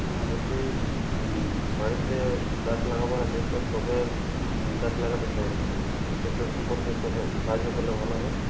হ্যাঁ বলছি বাড়িতে গাছ লাগাবার আছে তো টবের গাছ লাগাতে চাই তো সে সম্পর্কে একটু হেল্প সাহায্য করলে ভালো হয়